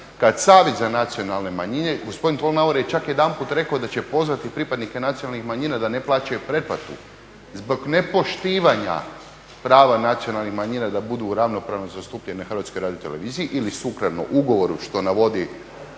kad Savjet za nacionalne manjine, gospodin … čak je jedanput rekao da će pozvati pripadnike nacionalnih manjina da ne plaćaju pretplatu, zbog nepoštivanja prava nacionalnih manjina da budu ravnopravno zastupljene na HRT-u ili sukladno ugovoru, što navodi čitajući